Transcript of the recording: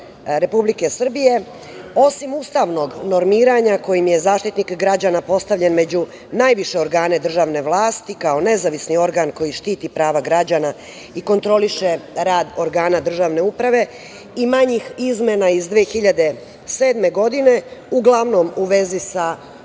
Republike Srbije osim ustavnog normiranja kojim je Zaštitnik građana postavljen među najviše organe državne vlasti kao nezavisan organ koji štiti prava građana i kontroliše rad organa državne uprave i manjih izmena 2007. godine, uglavnom u vezi sa